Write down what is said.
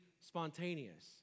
spontaneous